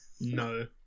No